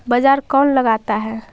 बाजार कौन लगाता है?